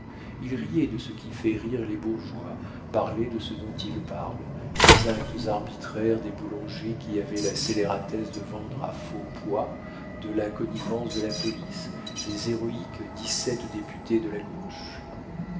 il riait de ce qui fait rire les bourgeois parlait de ce dont ils parlent des actes arbitraires des boulangers qui avaient la scélératesse de vendre à faux poids de la connivence de la police des héroïques dix-sept députés de la gauche